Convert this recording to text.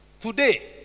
Today